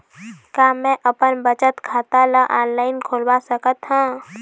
का मैं अपन बचत खाता ला ऑनलाइन खोलवा सकत ह?